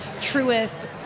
truest